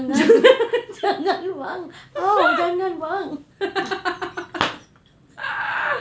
jangan